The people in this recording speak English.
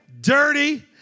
dirty